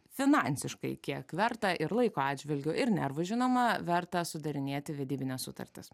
finansiškai kiek verta ir laiko atžvilgiu ir nervų žinoma verta sudarinėti vedybines sutartis